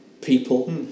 people